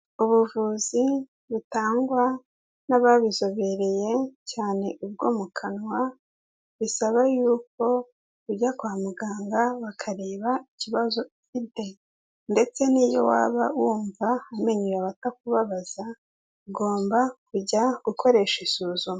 Ubuvuzi butangwa n'ababizobereye cyane ubwo mu kanwa bisaba y'uko ujya kwa muganga bakareba ikibazo ufite ndetse n'iyo waba wumva amenyo yawe atakubabaza ugomba kujya gukoresha isuzuma.